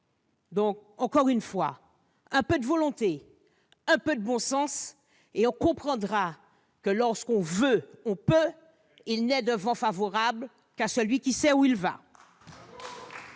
? Encore une fois, un peu de volonté, un peu de bon sens ! Et on verra que lorsqu'on veut, on peut ! Eh oui ! Il n'est de vent favorable qu'à celui qui sait où il va